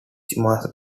much